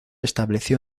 estableció